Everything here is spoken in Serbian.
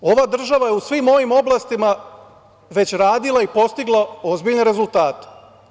Ova država je u svim ovim oblastima već radila i postigla ozbiljne rezultate.